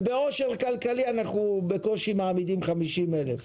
ובמצב של עושר כלכלי אנחנו בקושי מעמידים 50,000,